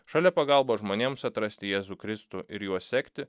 šalia pagalba žmonėms atrasti jėzų kristų ir juo sekti